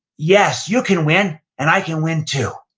yes, you can win and i can win, too,